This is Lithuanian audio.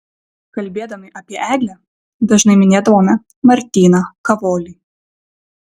kalbėdami apie eglę dažnai minėdavome martyną kavolį